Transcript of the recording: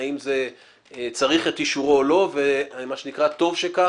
האם זה מצריך את אישורו או לא; וטוב שכך